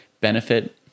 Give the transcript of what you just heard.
benefit